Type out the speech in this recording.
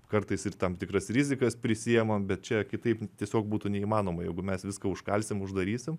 kartais ir tam tikras rizikas prisiimam bet čia kitaip tiesiog būtų neįmanoma jeigu mes viską užkalsim uždarysim